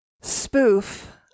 spoof